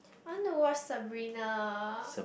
I want to watch Sabrina